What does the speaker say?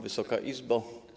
Wysoka Izbo!